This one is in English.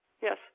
Yes